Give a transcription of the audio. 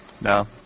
No